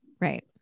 right